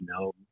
no